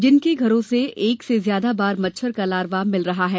जिनके घरों से एक से ज्यादा बार मच्छर का लार्वा मिल रहा है